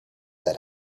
that